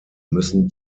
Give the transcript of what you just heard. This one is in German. müssen